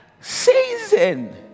season